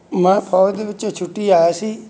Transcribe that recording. ਮੈਂ ਫੌਜ ਦੇ ਵਿੱਚੋਂ ਛੁੱਟੀ ਆਇਆ ਸੀ